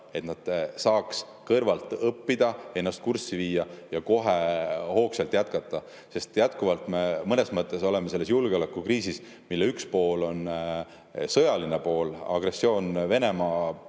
et nad saaksid kõrvalt õppida, ennast kurssi viia ja kohe hoogsalt jätkata. Me jätkuvalt oleme julgeolekukriisis, mille üks pool on sõjaline pool, agressioon Venemaa poolt